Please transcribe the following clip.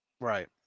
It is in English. Right